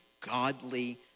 godly